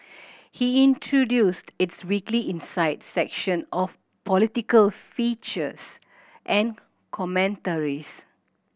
he introduced its weekly Insight section of political features and commentaries